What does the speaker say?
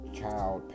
child